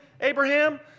Abraham